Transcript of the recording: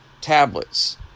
tablets